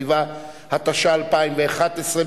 התחייבה ישראל לאמץ וליישם מנגנון PRTR עד שנת 2013,